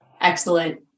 Excellent